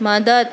مدد